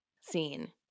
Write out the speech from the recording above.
scene